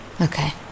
Okay